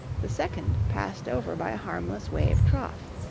the second passed over by a harmless wave trough.